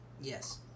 Yes